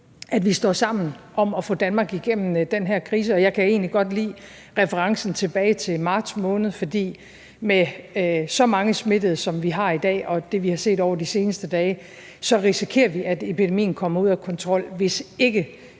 at vi står sammen om at få Danmark igennem den her krise. Og jeg kan egentlig godt lide referencen tilbage til marts måned, for med så mange smittede, som vi har i dag, og det, vi har set de seneste dage, risikerer vi, at epidemien kommer ud af kontrol, hvis ikke